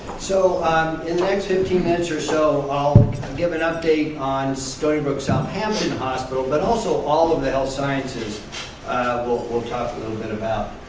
so in the next fifteen minutes or so i'll give an update on stony brook southampton hospital, but also all of the health sciences we'll we'll talk a little bit about.